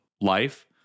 life